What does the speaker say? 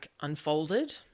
unfolded